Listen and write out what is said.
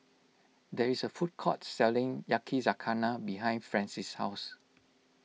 there is a food court selling Yakizakana behind Frances' house